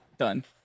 Done